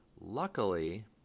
Luckily